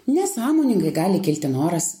nesąmoningai gali kilti noras